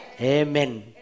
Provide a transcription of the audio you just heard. Amen